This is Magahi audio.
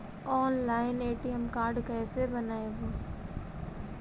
ऑनलाइन ए.टी.एम कार्ड कैसे बनाबौ?